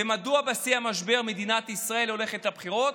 ומדוע בשיא המשבר מדינת ישראל הולכת לבחירות?